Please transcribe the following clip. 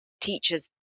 teachers